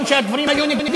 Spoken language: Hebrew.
גם כשהדברים היו נגדי,